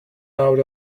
out